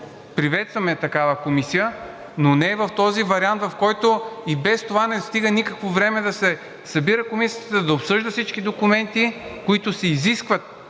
приветстваме такава комисия, но не в този вариант, в който и без това не стига никакво време да се събира Комисията, да обсъжда всички документи, които се изискват